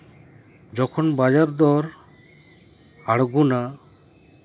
ᱡᱚᱠᱷᱚᱱ ᱵᱟᱡᱟᱨ ᱫᱚᱨ ᱟᱬᱜᱳᱱᱟ